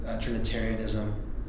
Trinitarianism